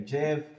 Jeff